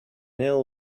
ill